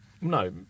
no